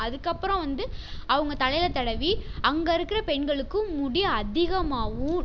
அதுக்கப்புறம் வந்து அவங்க தலையில் தடவி அங்கே இருக்குற பெண்களுக்கும் முடி அதிகமாகவும்